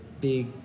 big